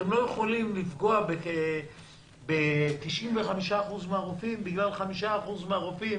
אתם לא יכולים לפגוע ב-95% מן הרופאים בגלל 5% או 10% מן הרופאים